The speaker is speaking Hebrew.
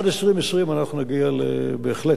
עד 2020 אנחנו נגיע בהחלט